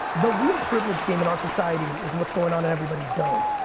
the real privilege game in our society is what's going on in everybody's dome.